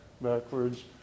backwards